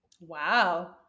Wow